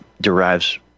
derives